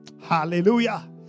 Hallelujah